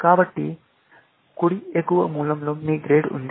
కాబట్టి కుడి ఎగువ మూలలో మీ గ్రేడ్ ఉంది